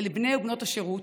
לבנות ובני השירות,